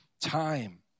time